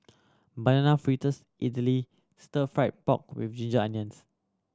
Banana Fritters idly Stir Fry pork with ginger onions